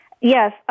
Yes